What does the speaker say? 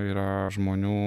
yra žmonių